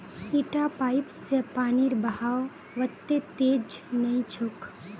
इटा पाइप स पानीर बहाव वत्ते तेज नइ छोक